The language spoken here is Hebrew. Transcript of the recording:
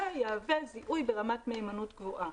יהווה זיהוי ברמת מהימנות גבוהה.